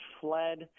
fled